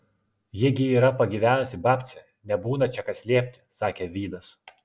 ji gi yra pagyvenusi babcė nebūna čia ką slėpti sakė vydas